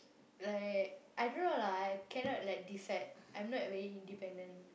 like I don't know lah I cannot like decide I'm not very independent